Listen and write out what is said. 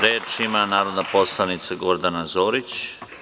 Reč ima narodna poslanica Gordana Zorić.